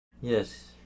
Yes